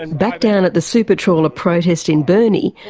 and back down at the super trawler protest in burnie,